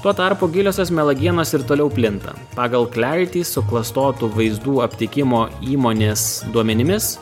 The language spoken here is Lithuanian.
tuo tarpu giliosios melo dienos ir toliau plinta pagal clarity suklastotų vaizdų aptikimo įmonės duomenimis